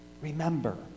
Remember